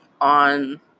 on